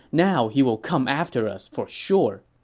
now he will come after us for sure.